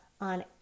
on